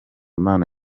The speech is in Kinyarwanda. impano